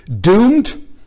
doomed